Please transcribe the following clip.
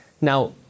now